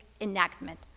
enactment